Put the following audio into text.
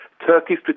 Turkey's